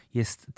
jest